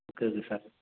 okay okay sir